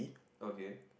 okay